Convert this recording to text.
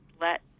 let